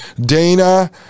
Dana